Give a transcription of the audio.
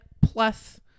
plus